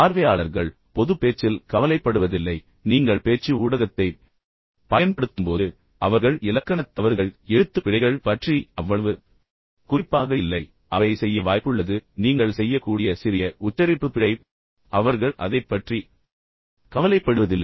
பார்வையாளர்கள் மீண்டும் குறிப்பாக பொதுப் பேச்சில் கவலைப்படுவதில்லை குறிப்பாக நீங்கள் பேச்சு ஊடகத்தைப் பயன்படுத்தும்போது அவர்கள் இலக்கணத் தவறுகள் மற்றும் எழுத்துப்பிழைகள் பற்றி அவ்வளவு குறிப்பாக இல்லை அவை செய்ய வாய்ப்புள்ளது அல்லது நீங்கள் செய்யக்கூடிய சிறிய உச்சரிப்பு பிழை அவர்கள் அதைப் பற்றி கவலைப்படுவதில்லை